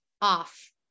off